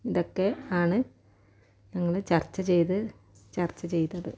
ഇതൊക്കെ ആണ് ഞങ്ങൾ ചർച്ച ചെയ്ത് ചർച്ച ചെയ്തത്